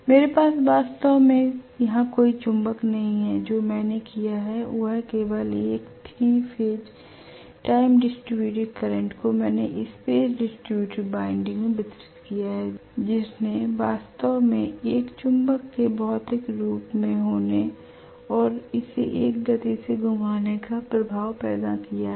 मेरे पास वास्तव में यहां कोई चुंबक नहीं है जो मैंने किया है वह केवल एक 3 फेज टाइम डिस्ट्रीब्यूटर करंट को मैंने स्पेस डिस्ट्रीब्यूटर बाइंडिंग में वितरित किया है जिसने वास्तव में एक चुंबक के भौतिक रूप से होने और इसे एक गति से घुमाने का प्रभाव पैदा किया है